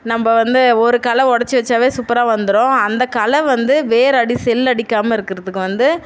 நம்ம வந்து ஒரு கிள ஒடைச்சி வெச்சாவே சூப்பராக வந்துடும் அந்த கிள வந்து வேர் அடி செல்லடிக்காமல் இருக்கிறதுக்கு வந்து